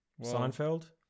Seinfeld